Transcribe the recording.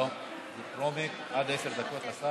אדוני היושב-ראש,